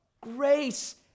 grace